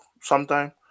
sometime